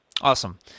Awesome